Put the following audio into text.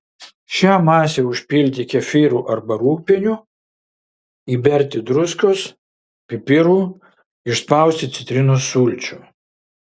šią masę užpilti kefyru arba rūgpieniu įberti druskos pipirų išspausti citrinos sulčių